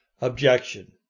Objection